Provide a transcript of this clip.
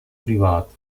privata